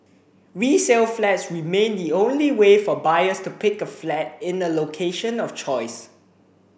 resale flats remain the only way for buyers to pick a flat in a location of choice